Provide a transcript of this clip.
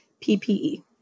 PPE